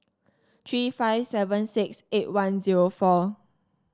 three five seven six eight one zero four